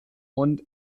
und